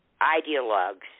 ideologues